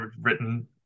written